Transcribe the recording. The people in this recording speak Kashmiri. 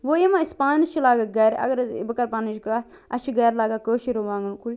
وۄنۍ یِم أسۍ پانہٕ چھِ لاگان گھرِ اگر حظ ٲں بہٕ کرٕ پننٕچۍ کَتھ اسہِ چھِ گھرِ لاگان کٲشِرۍ رُوانٛگن کُلۍ